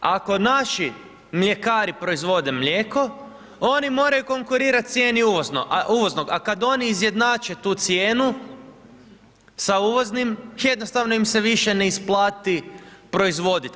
Ako naši mljekari proizvode mlijeko, oni moraju konkurirati cijenu uvoznog a kad oni izjednače tu cijenu sa uvoznim, jednostavno im se više ne isplati proizvodit.